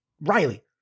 Riley